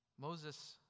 Moses